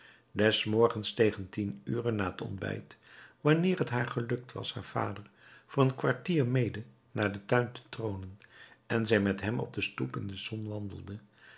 des morgens tegen tien uren na het ontbijt wanneer t haar gelukt was haar vader voor een kwartier mede naar den tuin te troonen en zij met hem op de stoep in de zon wandelde